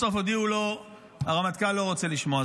בסוף הודיעו לו שהרמטכ"ל לא רוצה לשמוע.